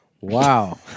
Wow